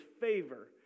favor